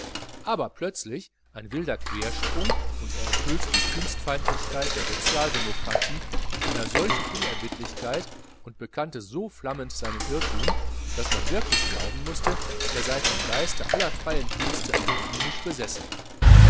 aber plötzlich ein wilder quersprung und er enthüllte die kunstfeindlichkeit der sozialdemokratie mit einer solchen unerbittlichkeit und bekannte so flammend seinen irrtum daß man wirklich glauben mußte er sei vom geiste aller freien künste apollinisch besessen